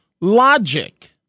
logic